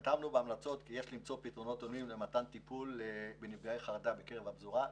המלצות: יש למצוא פתרונות הולמים למתן טיפול בנפגעי חרדה בקרב הפזורה.